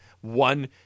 one